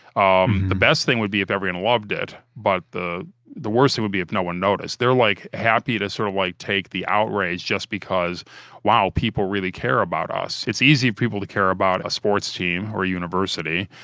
um the best thing would be if everyone loved it. but, the the worst thing would be if no one noticed. they're like happy to sort of like take the outrage just because wow, people really care about us. it's easy for people to care about a sports team or a university.